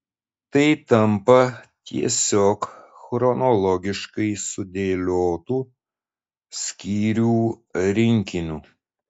tai tampa tiesiog chronologiškai sudėliotu skyrių rinkiniu